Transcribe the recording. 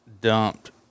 Dumped